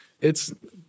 It's-